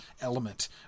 element